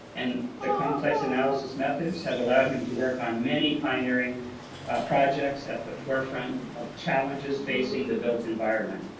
and the complex analysis methods have allowed him to work on many pioneering projects at the forefront of challenges facing the built environment.